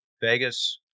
Vegas